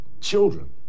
children